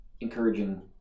encouraging